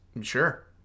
Sure